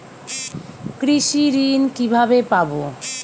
কৃষি ঋন কিভাবে পাব?